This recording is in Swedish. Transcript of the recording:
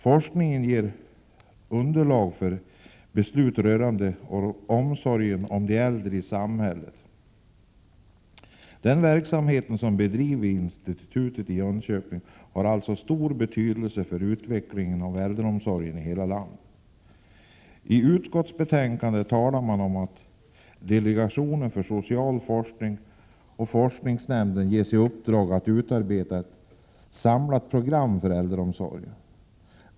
Forskningen ger underlag för beslut rörande omsorgen om de äldre i samhället. Den verksamhet som bedrivs vid institutet i Jönköping har alltså stor betydelse för utvecklingen av äldreomsorgen i hela landet. I utskottsbetänkandet talar man om att delegationen för social forskning och forskningsrådsnämnden givits i uppdrag att utarbeta ett samlat program för äldreforskningen.